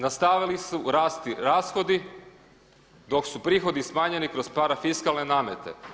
Nastavili su rasti rashodi dok su prihodi smanjeni kroz parafiskalne namete.